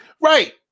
Right